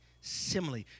simile